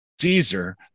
Caesar